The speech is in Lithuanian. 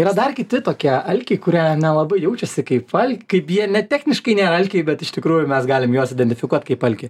yra dar kiti tokie alkiai kurie nelabai jaučiasi kaip alk kaip jie ne techniškai nėra alkiai bet iš tikrųjų mes galim juos identifikuot kaip alkį